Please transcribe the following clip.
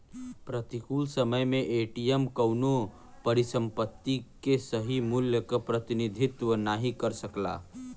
प्रतिकूल समय में एम.टी.एम कउनो परिसंपत्ति के सही मूल्य क प्रतिनिधित्व नाहीं कर सकला